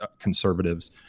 conservatives